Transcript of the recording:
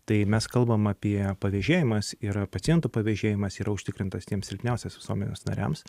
tai mes kalbam apie pavežėjimas yra pacientų pavežėjimas yra užtikrintas tiems silpniausiems visuomenės nariams